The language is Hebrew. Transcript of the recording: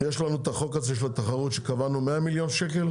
יש לנו את החוק הזה של התחרות שקבענו 100 מיליון שקלים.